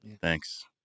Thanks